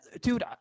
dude